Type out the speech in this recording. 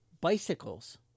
bicycles